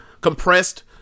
compressed